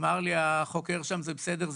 אמר לי החוקר שם: זה בסדר,